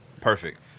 Perfect